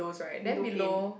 window pane